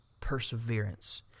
perseverance